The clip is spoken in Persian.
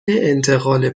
انتقال